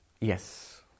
Yes